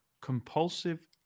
compulsive